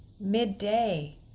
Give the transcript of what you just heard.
midday